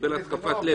קיבל התקפת לב,